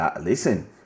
Listen